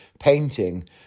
painting